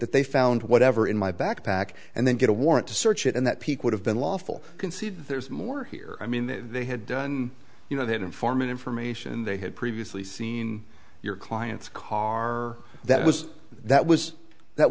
that they found whatever in my backpack and then get a warrant to search it and that peak would have been lawful concede there's more here i mean they had done you know that informant information they had previously seen your clients car that was that was that